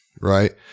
right